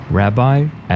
rabbi